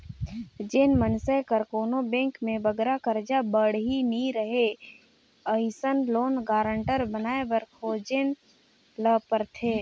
जेन मइनसे कर कोनो बेंक में बगरा करजा बाड़ही नी रहें अइसन लोन गारंटर बनाए बर खोजेन ल परथे